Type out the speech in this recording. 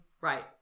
Right